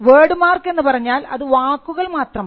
word mark എന്നുപറഞ്ഞാൽ അത് വാക്കുകൾ മാത്രമാണ്